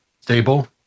stable